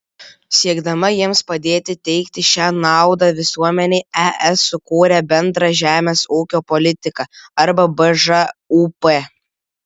siekdama jiems padėti teikti šią naudą visuomenei es sukūrė bendrą žemės ūkio politiką arba bžūp